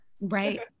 right